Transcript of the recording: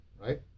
right